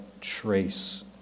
trace